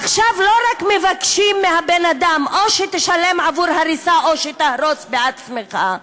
עכשיו לא רק מבקשים מבן-האדם: או שתשלם עבור הריסה או שתהרוס בעצמך,